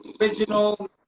original